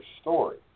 story